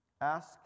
Ask